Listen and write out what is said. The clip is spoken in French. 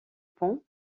pont